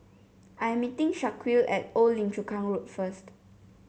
I am meeting Shaquille at Old Lim Chu Kang Road first